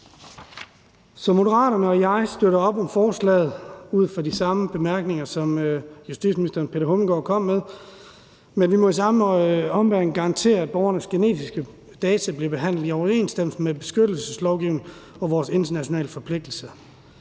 Moderaterne og jeg støtter op om forslaget ud fra de samme bemærkninger, som justitsministeren kom med, men vi må i samme ombæring have garanti for, at borgernes genetiske data bliver behandlet i overensstemmelse med databeskyttelseslovgivningen og vores internationale forpligtelser.